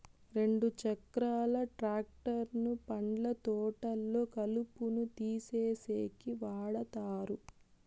రెండు చక్రాల ట్రాక్టర్ ను పండ్ల తోటల్లో కలుపును తీసేసేకి వాడతారు